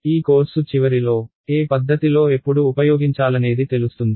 ఈ కోర్సు చివరిలో ఏ పద్ధతిలో ఎప్పుడు ఉపయోగించాలనేది తెలుస్తుంది